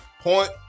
Point